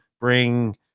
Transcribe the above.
bring